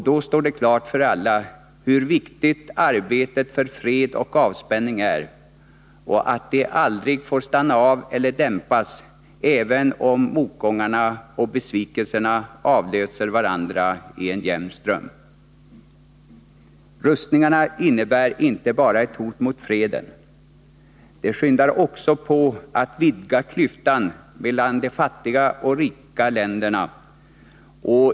Då står det klart för alla hur viktigt arbetet för fred och avspänning är och att det aldrig får stanna av eller dämpas, även om motgångarna och besvikelserna avlöser varandra i en jämn ström. Rustningarna innebär inte bara ett hot mot freden. De påskyndar också att klyftan mellan de fattiga och de rika länderna vidgas.